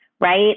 right